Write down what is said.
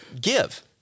Give